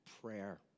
prayer